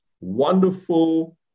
wonderful